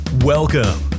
welcome